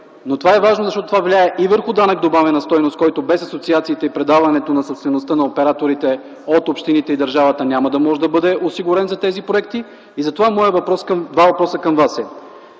Но това е важно, защото влияе и върху данък добавена стойност, който без асоциациите и предаването на собствеността на операторите от общините и държавата, няма да може да бъде осигурен за тези проекти. Моите два въпроса към Вас